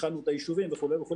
הכנו את היישובים וכו',